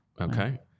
Okay